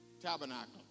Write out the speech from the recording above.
tabernacle